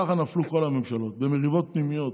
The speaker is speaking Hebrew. כך נפלו כל הממשלות, במריבות פנימיות,